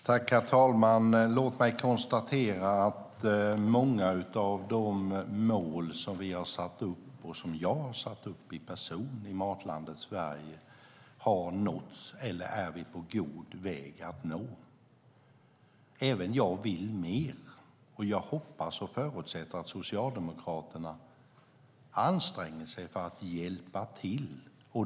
Herr talman! Jag kan konstatera att många av de mål som vi och jag personligen har satt upp för Matlandet Sverige har nåtts eller är på god väg att nås. Även jag vill göra mer. Och jag hoppas och förutsätter att Socialdemokraterna anstränger sig för att hjälpa till.